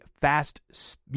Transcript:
fast